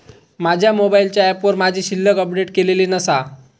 माझ्या मोबाईलच्या ऍपवर माझी शिल्लक अपडेट केलेली नसा